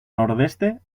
nordeste